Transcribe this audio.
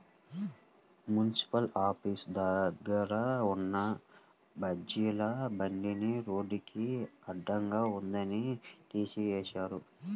municipal office దగ్గర ఉన్న బజ్జీల బండిని రోడ్డుకి అడ్డంగా ఉందని తీసేశారు